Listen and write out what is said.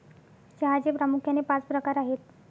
चहाचे प्रामुख्याने पाच प्रकार आहेत